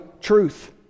truth